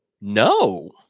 no